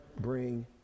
bring